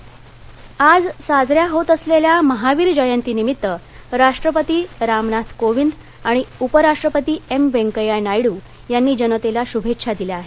महावीर जयंती आज साजऱ्या होत असलेल्या महावीर जयंतीनिमित्त राष्ट्रपती रामनाथ कोविंद आणि उपराष्ट्रपती एम वेंकय्या नायडू यांनी जनतेला शूभेच्छा दिल्या आहेत